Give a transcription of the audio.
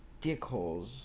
dickholes